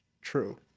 True